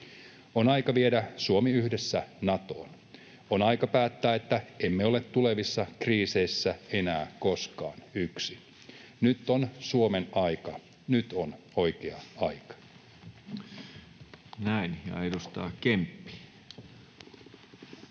On aika viedä Suomi yhdessä Natoon. On aika päättää, että emme ole tulevissa kriiseissä enää koskaan yksin. Nyt on Suomen aika, nyt on oikea aika. [Speech